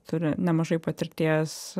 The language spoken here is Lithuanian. turi nemažai patirties